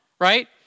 right